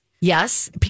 Yes